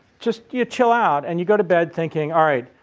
just, you chill out and you go to bed thinking alright,